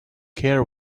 care